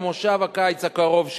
במושב הקיץ הקרוב,